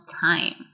time